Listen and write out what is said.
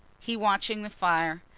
he watching the fire,